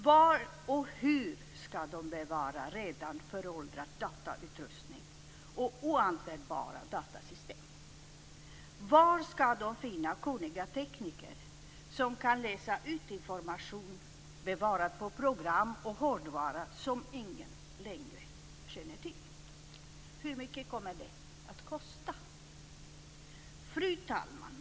Var och hur ska de bevara redan föråldrad datautrustning och oanvändbara datasystem? Var ska de finna kunniga tekniker som kan läsa ut information bevarad på program och hårdvara som ingen längre känner till? Hur mycket kommer det att kosta? Fru talman!